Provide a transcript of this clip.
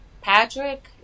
patrick